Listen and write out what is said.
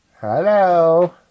Hello